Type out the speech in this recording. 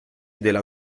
della